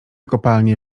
kopalnie